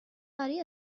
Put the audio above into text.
برای